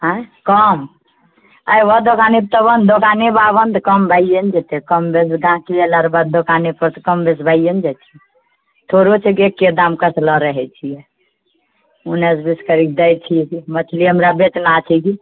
हइ कम अएबऽ दोकाने तब नऽ दोकाने पर आबऽ नऽ तऽ कम भए ने जेतै कम ले गाहक जकऽ लड़बऽ तऽ कम बेस भए ने जाइ छै थोड़बे तऽ एके दाम कसलऽ रहैत छिऐ उन्नैस बीस करि दए छिऐ की मछली हमरा बेचना छै की